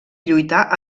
lluitar